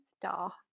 star